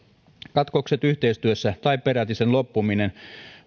katkokset yhteistyössä tai peräti sen loppuminen